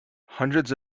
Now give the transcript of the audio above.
hundreds